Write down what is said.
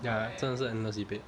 ya 真的是 endless debate